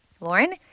Lauren